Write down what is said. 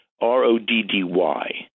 R-O-D-D-Y